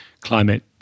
climate